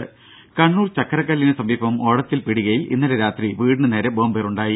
ദേദ കണ്ണൂർ ചക്കരക്കല്ലിന് സമീപം ഓടത്തിൽ പീടികയിൽ ഇന്നലെ രാത്രി വീടിന് നേരെ ബോംബേറുണ്ടായി